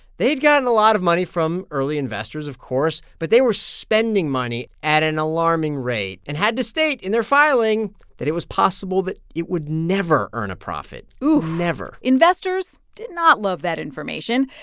they'd gotten a lot of money from early investors, of course. but they were spending money at an alarming rate and had to state in their filing that it was possible that it would never earn a profit oof never investors did not love that information.